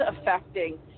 affecting